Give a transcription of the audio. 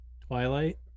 Twilight